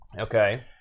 Okay